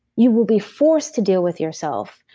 you will be forced to deal with yourself.